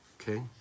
Okay